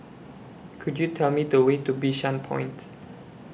Could YOU Tell Me The Way to Bishan Point